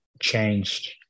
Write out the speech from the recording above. changed